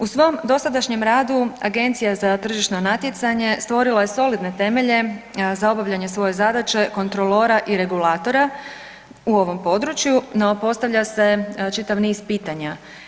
U svom dosadašnjem radu Agencija za tržišno natjecanje stvorila je solidne temelje za obavljanje svoje zadaće kontrolora i regulatora u ovom području, no postavlja se čitav niz pitanja.